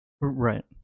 Right